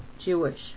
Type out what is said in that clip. Jewish